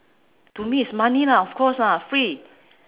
to me is money lah of course lah free